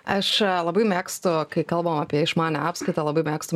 aš labai mėgstu kai kalbam apie išmanią apskaitą labai mėgstu